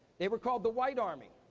they were called the white army,